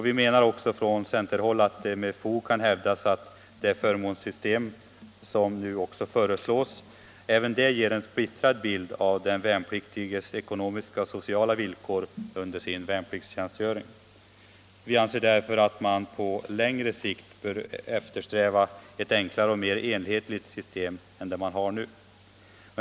Vi menar också från centerpartihåll att det med fog kan hävdas att även det förmånssystem som nu föreslås ger en splittrad bild av den värnpliktiges ekonomiska och sociala villkor under värnpliktstjänstgöringen. Vi anser därför att man på längre sikt bör eftersträva ett enklare och mer enhetligt system än det man har nu.